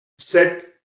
Set